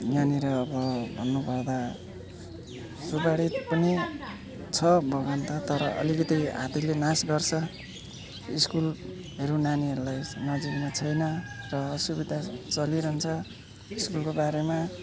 यहाँनेर अब भन्नु पर्दा सुपारी पनि छ बगान त तर अलिकति हात्तीले नाश गर्छ स्कुलहरू नानीहरूलाई नजिकमा छैन र असुविधा चलिरहन्छ स्कुलको बारेमा